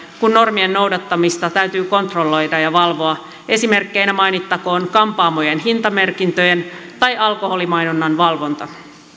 kun normien noudattamista täytyy kontrolloida ja valvoa esimerkkeinä mainittakoon kampaamojen hintamerkintöjen tai alkoholimainonnan valvonta